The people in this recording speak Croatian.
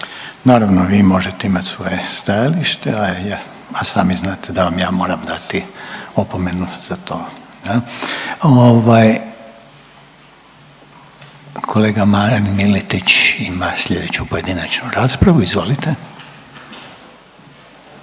Naravno vi morate imat svoje stajalište, a ja, a sami znate da vam ja moram dati opomenu za to jel. Ovaj kolega Miletić ima slijedeću pojedinačnu raspravu, izvolite.